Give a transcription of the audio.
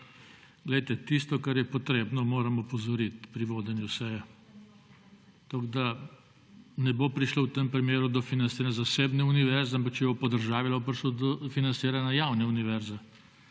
Poglejte, tisto, kar je potrebno, moram opozoriti pri vodenju seje. Tako da ne bo prišlo v tem primeru do financiranja zasebne univerze, ampak če se bo podržavila, bo prišlo do financiranja javne univerze.